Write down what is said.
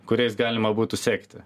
kuriais galima būtų sekti